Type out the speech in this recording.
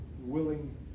willing